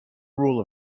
rule